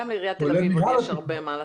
גם בעיריית תל אביב יש הרבה מה לעשות.